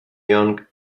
young